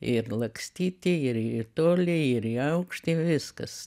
ir lakstyti ir į tolį ir į aukštį viskas